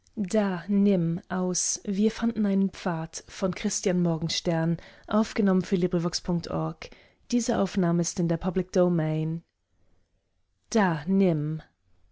wir fanden einen pfad